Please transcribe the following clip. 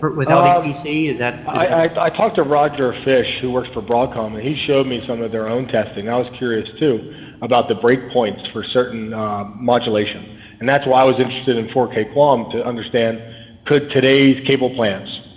without obviously is that i talked to roger fish who works for broadcom and he showed me some of their own testing i was curious to about the break points for certain modulation and that's why i was interested in four k k um to understand could today's cable plants.